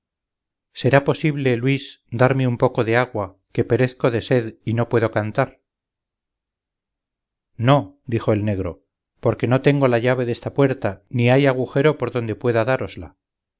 será posible luis darme un poco de agua que perezco de sed y no puedo cantar no dijo el negro porque no tengo la llave desta puerta ni hay agujero por donde pueda dárosla